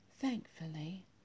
Thankfully